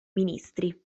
ministri